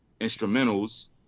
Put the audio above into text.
instrumentals